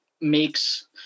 makes